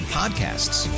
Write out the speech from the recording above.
podcasts